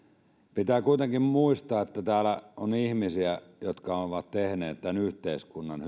pitää kuitenkin muistaa että täällä on ihmisiä jotka ovat työskennelleet tämän yhteiskunnan